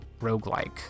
roguelike